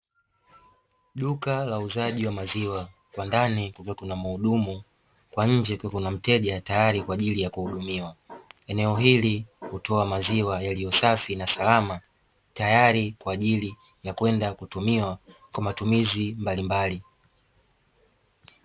Duka la uuzaji wa maziwa kwa ndani kumbe kuna muhudumu, kwa nje kukiwa na mteja tayari kwaajili ya kuhudumiwa, eneo hili hutoa maziwa yaliyo safi na salama tayari kwaajili ya kwenda kutumiwa kwa matumizi mbalimbali.